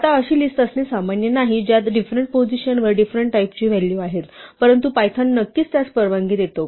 आता अशी लिस्ट असणे सामान्य नाही ज्यात डिफरंट पोझिशनवर डिफरंट टाईपची व्हॅल्यू आहेत परंतु पायथॉन नक्कीच त्यास परवानगी देतो